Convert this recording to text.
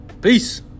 Peace